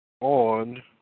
on